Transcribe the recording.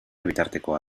bitartekoa